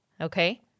okay